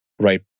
right